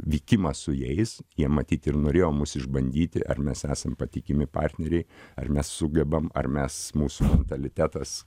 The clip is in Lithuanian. vykimas su jais jie matyt ir norėjo mus išbandyti ar mes esam patikimi partneriai ar mes sugebam ar mes mūsų mentalitetas